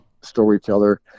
storyteller